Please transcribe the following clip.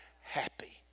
happy